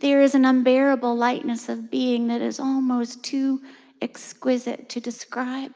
there is an unbearable lightness of being that is almost too exquisite to describe.